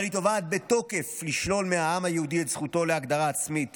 אבל היא תובעת בתוקף לשלול מהעם היהודי את זכותו להגדרה עצמית